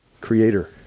creator